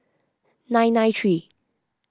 nine nine three